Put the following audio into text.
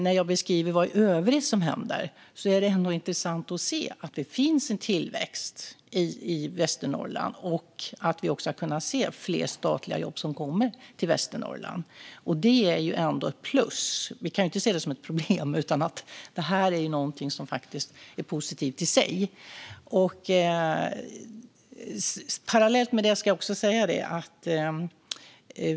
När jag beskriver vad i övrigt som händer är det ändå intressant att se att det finns en tillväxt i Västernorrland och att vi har kunnat se fler statliga jobb som kommer till Västernorrland. Det är ändå ett plus. Vi kan inte se det som ett problem. Det är någonting som faktiskt är positivt i sig.